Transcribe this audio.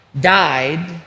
died